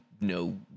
no